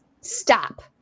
stop